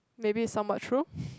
maybe is somewhat true